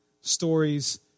stories